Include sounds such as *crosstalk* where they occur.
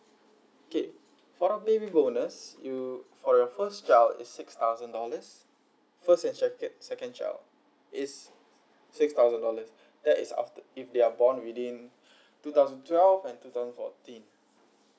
okay for the baby bonus you for the first child is six thousand dollars first and second second child is six thousand dollars that is after if they're born within *breath* two thousand twelve and two thousand fourteen